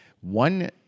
one